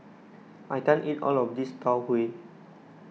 I can't eat all of this Tau Huay